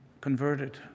converted